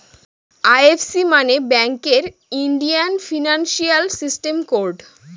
IFC মানে ব্যাঙ্কের Indian financial system code